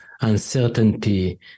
uncertainty